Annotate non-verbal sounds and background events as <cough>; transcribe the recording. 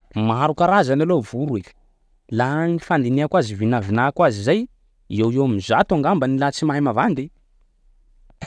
Maro karazany aoha voro e, laha ny fandinihako azy vinavinako <noise> azy zay eo ho eo am'zato angambany laha tsy mahay mavandy.